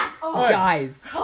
Guys